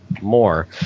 more